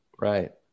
Right